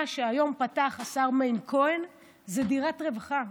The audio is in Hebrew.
מה שהשר מאיר כהן פתח היום זה דירות רווחה,